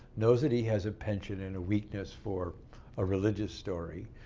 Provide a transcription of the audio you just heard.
knows that he has a penchant and a weakness for a religious story,